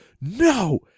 no